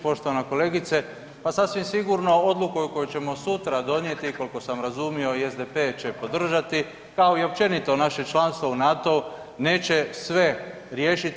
Poštovana kolegice pa sasvim sigurno odluka koju ćemo sutra donijeti i koliko sam razumio i SDP-e će podržati kao i općenito naše članstvo u NATO-u neće sve riješiti.